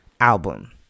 album